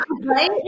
Right